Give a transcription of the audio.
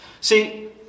See